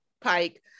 Pike